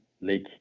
Lake